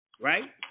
right